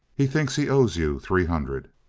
he thinks he owes you three hundred.